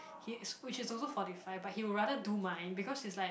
his which is also forty five but he would rather do mine because it's like